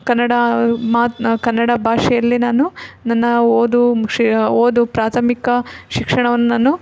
ಕನ್ನಡ ಮಾತನ್ನ ಕನ್ನಡ ಭಾಷೆಯಲ್ಲೇ ನಾನು ನನ್ನ ಓದು ಓದು ಪ್ರಾಥಮಿಕ ಶಿಕ್ಷಣವನ್ನ ನಾನು